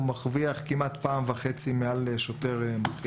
הוא מרוויח כמעט פעם וחצי מעל שוטר.